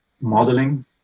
modeling